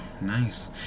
nice